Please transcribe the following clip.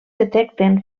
detecten